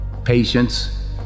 Patience